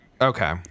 Okay